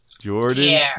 Jordan